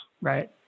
Right